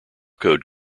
code